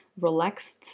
relaxed